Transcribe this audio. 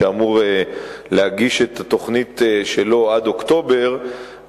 שאמור להגיש את התוכנית שלו עד אוקטובר,